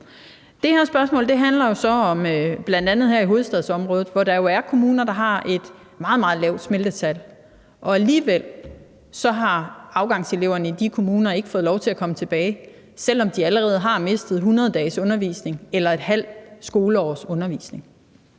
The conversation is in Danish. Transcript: Det her spørgsmål handler jo så bl.a. om hovedstadsområdet, hvor der jo er kommuner, der har et meget, meget lavt smittetal, og alligevel har afgangseleverne i de kommuner ikke fået lov til at komme tilbage, selv om de allerede har mistet 100 dages undervisning – eller et halvt skoleårs undervisning.